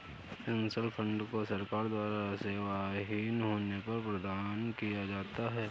pension fund को सरकार द्वारा सेवाविहीन होने पर प्रदान किया जाता है